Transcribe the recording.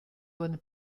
bonne